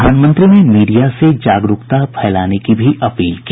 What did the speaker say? प्रधानमंत्री ने मीडिया से जागरुकता फैलाने की भी अपील की